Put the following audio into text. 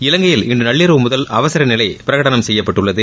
இலங்கையில் இன்று நள்ளிரவு முதல் அவசரநிலை பிரகடணம் செய்யப்பட்டுள்ளது